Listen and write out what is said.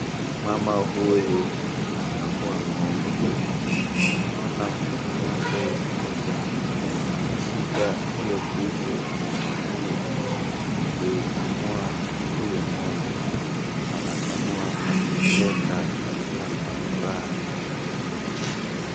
Mama huyu anakamua ng'ombe naona mkono yake moja ameshika hiyo kitu anatumia kuikamua huyu ng'ombe anakamua akicheka akiwa na furaha teletele.